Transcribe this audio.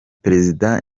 perezida